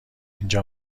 اینجا